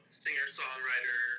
singer-songwriter